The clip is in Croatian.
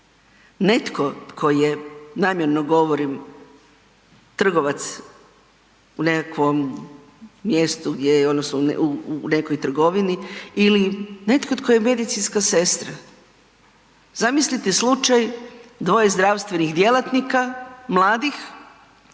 Netko tko je, namjerno govorim, trgovac u nekakvom mjestu gdje je odnosno u nekoj trgovini ili netko tko je medicinska sestra. Zamislite slučaj dvoje zdravstvenih djelatnika mladih